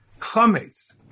chametz